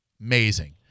Amazing